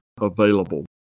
available